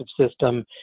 system